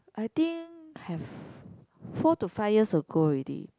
I think have four to five years ago already